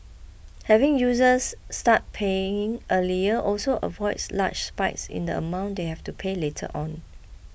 having users start paying earlier also avoids large spikes in the amount they have to pay later on